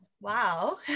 Wow